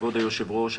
כבוד היושב-ראש,